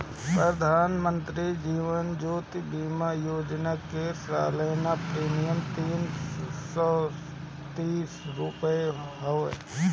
प्रधानमंत्री जीवन ज्योति बीमा योजना में सलाना प्रीमियम तीन सौ तीस रुपिया हवे